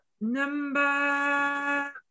Number